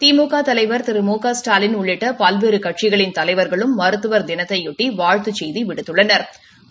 திமுக தலைவர் திரு மு க ஸ்டாலின் உள்ளிட்ட பல்வேறு கட்சிகளின் தலைவர்களும் மருத்துவர் தினத்தையொட்டி வாழ்த்துச் செய்தி விடுத்துள்ளனா்